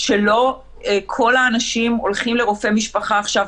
שלא כל האנשים הולכים לרופא משפחה עכשיו,